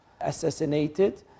assassinated